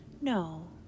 no